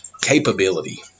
capability